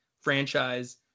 franchise